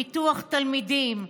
ביטוח תלמידים,